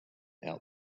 out